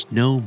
no